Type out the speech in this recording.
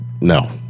no